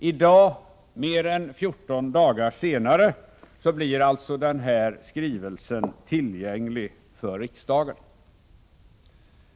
I dag, mer än 14 dagar senare, blir alltså den här skrivelsen tillgänglig för riksdagen.